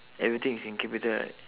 everything is in capital right